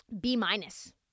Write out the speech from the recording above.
B-minus